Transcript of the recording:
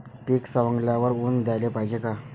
पीक सवंगल्यावर ऊन द्याले पायजे का?